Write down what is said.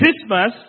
Christmas